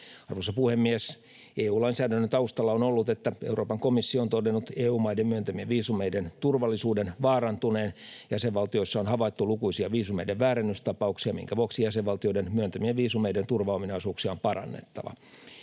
Arvoisa puhemies! EU-lainsäädännön taustalla on ollut, että Euroopan komissio on todennut EU-maiden myöntämien viisumeiden turvallisuuden vaarantuneen. Jäsenvaltioissa on havaittu lukuisia viisumeiden väärennystapauksia, minkä vuoksi jäsenvaltioiden myöntämien viisumeiden turvaominaisuuksia on parannettava.